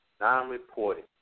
non-reported